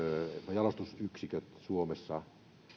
jalostusyksiköt suomessa